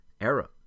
era